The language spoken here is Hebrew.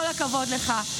כל הכבוד לך.